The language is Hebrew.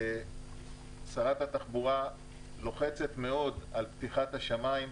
ושרת התחבורה לוחצת מאוד על פתיחת השמיים.